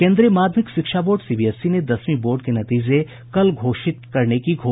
केंद्रीय माध्यमिक शिक्षा बोर्ड सीबीएसई के दसवीं बोर्ड के नतीजे कल घोषित किए जाएंगे